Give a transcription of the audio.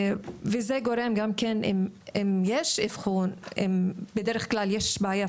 זה גורם לכך שגם אם יש אבחון בדרך כלל יש בעיית